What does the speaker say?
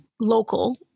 local